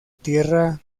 tierra